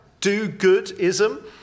Do-goodism